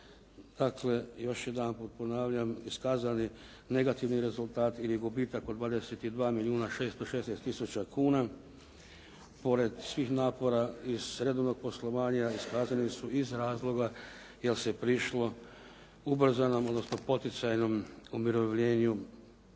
Dakle, još jedanput ponavljam iskazani negativni rezultat ili gubitak od 22 milijuna 616 tisuća kuna. Pored svih napora iz redovnog poslovanja iskazani su iz razloga jel se prišlo ubrzanom, odnosno poticajnom umirovljenju